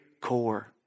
core